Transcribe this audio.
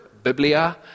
biblia